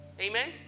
Amen